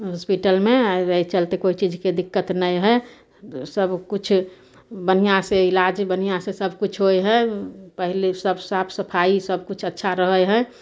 हॉस्पिटलमे ओइ चलते कोइ चीजके दिक्कत नहि हइ सबकिछु बढ़िआँसँ इलाज बढ़िआँसँ सबकिछु होइ हइ पहिले सब साफ सफाइ सबकिछु अच्छा रहय हइ